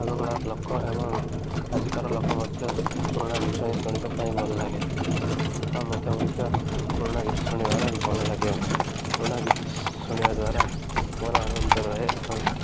ଆଗ କାଳର ଲୋକ ଏବଂ ଆଜିକାର ଲୋକ ମଧ୍ୟ ପୁରୁଣା ଗୀତ ହିଁ ଶୁଣିବା ପାଇଁ ଭଲ ଲାଗେ ବା ମୋତେ ମଧ୍ୟ ପୁରୁଣା ଗୀତ ଶୁଣିବାରେ ଭଲ ଲାଗେ ପୁରୁଣା ଗୀତ ଶୁଣିବା ଦ୍ୱାରା ମନ ଆନନ୍ଦ ରହେ ଏବଂ